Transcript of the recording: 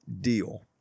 deal